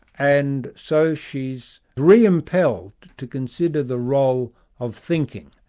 and so she's re-impelled to consider the role of thinking,